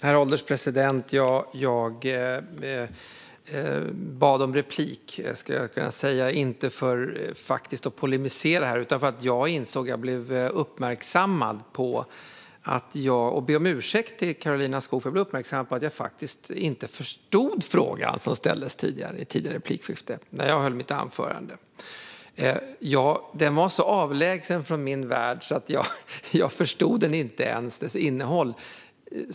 Herr ålderspresident! Jag bad om replik inte för att polemisera utan för att jag vill be om ursäkt till Karolina Skog. Jag blev uppmärksammad på att jag faktiskt inte förstod frågan som ställdes i replikskiftet när jag hade hållit mitt anförande. Frågan var så avlägsen från min värld att jag inte ens förstod dess innehåll.